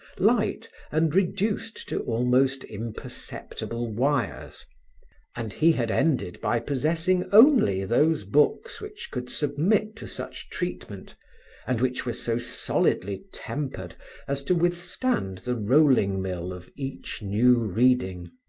light, and reduced to almost imperceptible wires and he had ended by possessing only those books which could submit to such treatment and which were so solidly tempered as to withstand the rolling-mill of each new reading.